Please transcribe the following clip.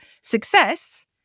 success